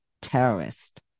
terrorist